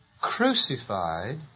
crucified